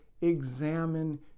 examine